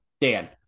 Dan –